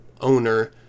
owner